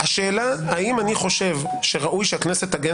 השאלה האם אני חושב שראוי שהכנסת תגן